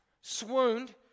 swooned